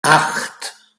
acht